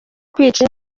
kwica